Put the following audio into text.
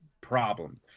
problem